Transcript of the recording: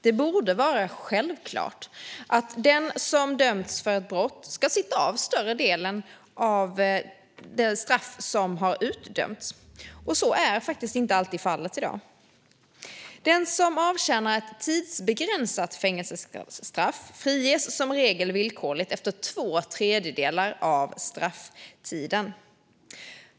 Det borde vara självklart att den som dömts för ett brott ska sitta av större delen av det straff som har utdömts. Så är faktiskt inte alltid fallet i dag. Den som avtjänar ett tidsbegränsat fängelsestraff friges som regel villkorligt efter två tredjedelar av strafftiden.